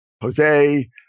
Jose